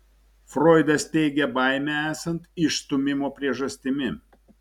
froidas teigia baimę esant išstūmimo priežastimi